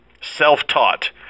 self-taught